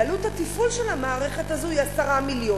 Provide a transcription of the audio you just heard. ועלות התפעול של המערכת הזו היא 10 מיליון.